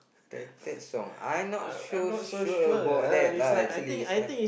ted ted song I'm not so sure sure about that lah actually sia